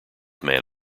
man